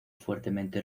fuertemente